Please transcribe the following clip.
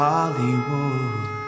Hollywood